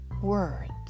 words